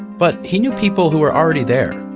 but he knew people who were already there.